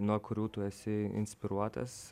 nuo kurių tu esi inspiruotas